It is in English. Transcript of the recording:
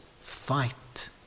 fight